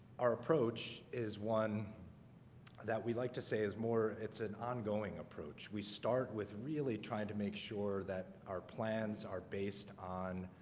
our approach is one that we like to say is more. it's an ongoing approach. we start with really trying to make sure that our plans are based on